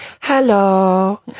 Hello